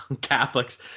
catholics